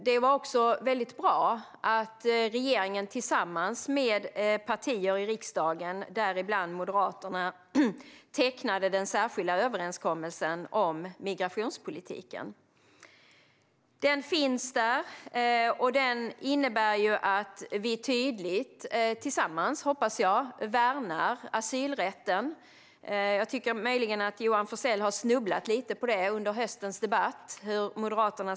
Det var också bra att regeringen tillsammans med partier i riksdagen, däribland Moderaterna, tecknade den särskilda överenskommelsen om migrationspolitiken. Den finns där, och den innebär att vi tydligt tillsammans, hoppas jag, värnar asylrätten. Möjligen har Johan Forssell snubblat lite på hur Moderaterna ser på asylrätten under höstens debatt.